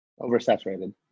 Oversaturated